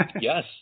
Yes